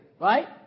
Right